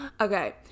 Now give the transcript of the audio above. Okay